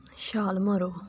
ਛਾਲ ਮਾਰੋ